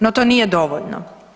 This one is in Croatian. No to nije dovoljno.